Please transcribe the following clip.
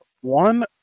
One